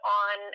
on